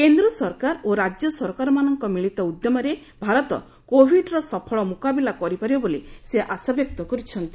କେନ୍ଦ୍ର ସରକାର ଓ ରାଜ୍ୟ ସରକାରମାନଙ୍କ ମିଳିତ ଉଦ୍ୟମରେ ଭାରତ କୋବିଡ୍ର ସଫଳ ମୁକାବିଲା କରିପାରିବ ବୋଲି ସେ ଆଶା ବ୍ୟକ୍ତ କରିଛନ୍ତି